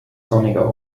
sonniger